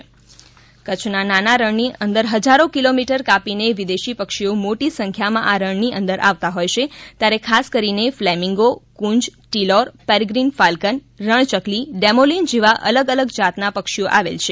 ક ચ્છના નાના રણમાં પક્ષી વસાહત કચ્છના નાના રણની અંદર હજારો કિલોમીટર કાપીને વિદેશી પક્ષીઓ મોટી સંખ્યામાં આ રણની અંદર આવતા હોય છે ત્યારે ખાસ કરીને ફ્લેમિંગો કુંજ ટિલોર પેરિગ્રીન ફાલકન રણ ચકલી ડેમોલિન જેવા અલગ અલગ જાતના પક્ષીઓ આવેલ છે